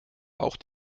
auch